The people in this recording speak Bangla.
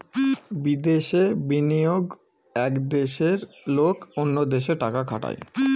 বিদেশে বিনিয়োগ এক দেশের লোক অন্য দেশে টাকা খাটায়